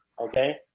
Okay